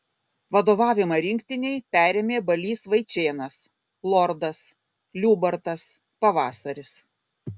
vadovavimą rinktinei perėmė balys vaičėnas lordas liubartas pavasaris